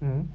mmhmm